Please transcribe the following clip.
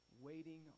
waiting